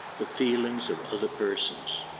the feelings of other persons.